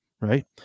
right